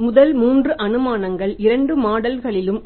எனவே முதல் 3 அனுமானங்கள் இரண்டு மாடல்களிலும்